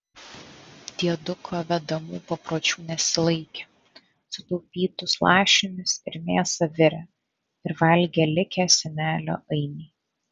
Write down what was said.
dieduko vedamų papročių nesilaikė sutaupytus lašinius ir mėsą virė ir valgė likę senelio ainiai